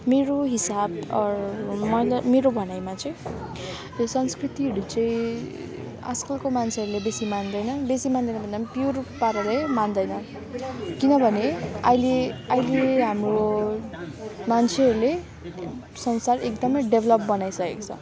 मेरो हिसाब मेरो भनाइमा चाहिँ संस्कृतिहरू चाहिँ आजकलको मान्छेहरूले बेसी मान्दैनन् बेसी मान्दैन भन्दा नि प्योर पाराले मान्दैन किनभने अहिले अहिले हाम्रो मान्छेहरूले संसार एकदमै डेभलप बनाइसकेको छ